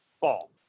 fall